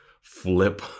flip